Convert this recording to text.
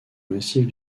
massive